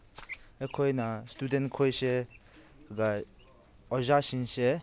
ꯑꯩꯈꯣꯏꯅ ꯏꯁꯇꯨꯗꯦꯟꯈꯣꯏꯁꯦ ꯑꯣꯖꯥꯁꯤꯡꯁꯦ